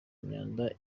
imyanda